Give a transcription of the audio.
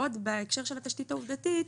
עוד בהקשר של התשתית העובדתית,